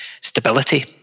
stability